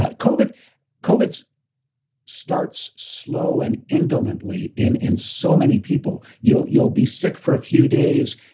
ah covid's covid's starts slow and indolently in in so many people. you'll you'll be sick for a few days,